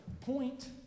point